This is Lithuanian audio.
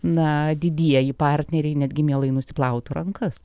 na didieji partneriai netgi mielai nusiplautų rankas